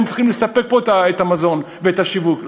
הם צריכים לספק פה את המזון ואת השיווק.